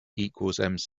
equals